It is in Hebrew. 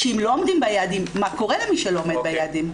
שאם לא עומדים ביעדים מה קורה למי שעומד ביעדים.